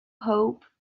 hope